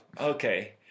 okay